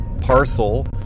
parcel